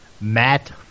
Matt